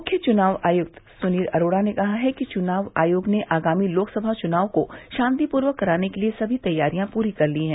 मुख्य चुनाव आयुक्त सुनील अरोड़ा ने कहा है कि चुनाव आयोग ने आगामी लोकसभा चुनाव को शान्तिपूर्वक कराने के लिये सभी तैयारियां पूरी कर ली है